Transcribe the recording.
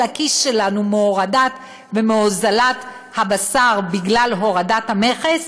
לכיס שלנו מהוזלת הבשר בגלל הורדת המכס,